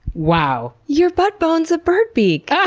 wow! your butt bone is a bird beak! ah